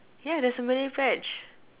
yeah there's a Malay pledge